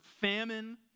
famine